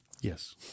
Yes